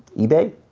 ebay?